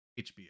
HBO